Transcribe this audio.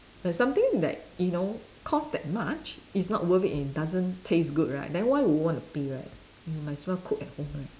there's some things that you know cost that much is not worth it and it doesn't taste good right then why would wanna pay right you might as well cook at home right